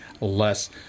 less